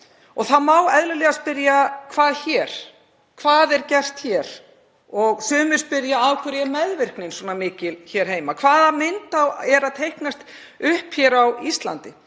Það má eðlilega spyrja: Hvað hér? Hvað er gert hér? Sumir spyrja: Af hverju er meðvirknin svona mikil hér heima? Hvaða mynd er að teiknast upp á Íslandi?